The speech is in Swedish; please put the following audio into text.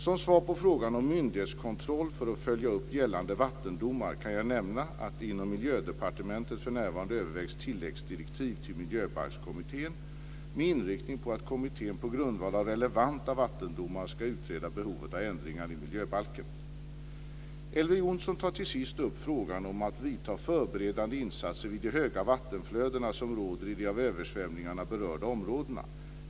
Som svar på frågan om myndighetskontroll för att följa upp gällande vattendomar kan jag nämna att det inom Miljödepartementet för närvarande övervägs tilläggsdirektiv till Miljöbalkskommittén med inriktning på att kommittén på grundval av relevanta vattendomar ska utreda behovet av ändringar i miljöbalken. Elver Jonsson tar till sist upp frågan om att vidta förberedande insatser vid de höga vattenflöden som råder i de av översvämningarna berörda områdena.